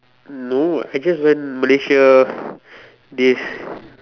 no I just went Malaysia this